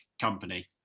company